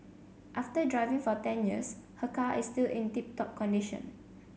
after driving for ten years her car is still in tip top condition